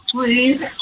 Please